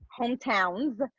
Hometowns